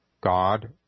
God